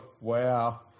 wow